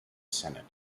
senate